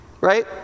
right